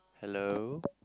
hello